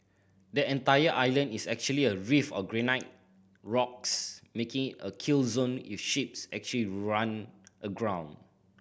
the entire island is actually a reef of granite rocks making a kill zone if ships actually run aground